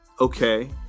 okay